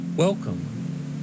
Welcome